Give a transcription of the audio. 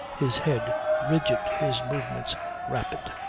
his head rigid, his movements rapid.